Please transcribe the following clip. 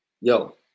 yo